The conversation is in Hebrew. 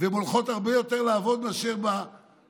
והן הולכות לעבוד הרבה יותר מאשר בכללי,